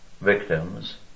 victims